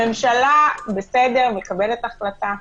הממשלה, בסדר, מקבלת החלטה.